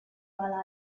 while